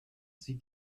sie